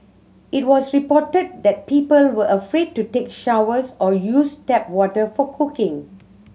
it was reported that people were afraid to take showers or use tap water for cooking